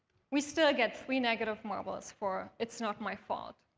we still get three negative marbles for it's not my fault,